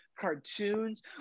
cartoons